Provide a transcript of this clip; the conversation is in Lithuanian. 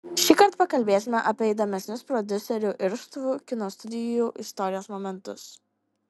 šįkart pakalbėsime apie įdomesnius prodiuserių irštvų kino studijų istorijos momentus